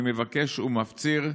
אני מבקש ומפציר: